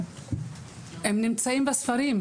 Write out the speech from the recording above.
הם נמצאים בספרים,